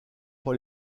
pas